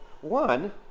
one